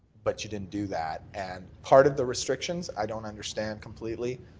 but you didn't do that. and part of the restrictions, i don't understand completely,